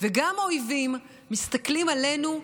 וגם האויבים, מסתכלים עלינו.